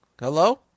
Hello